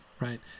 right